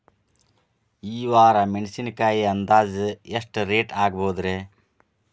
ಈ ವಾರ ಮೆಣಸಿನಕಾಯಿ ಅಂದಾಜ್ ಎಷ್ಟ ರೇಟ್ ಆಗಬಹುದ್ರೇ?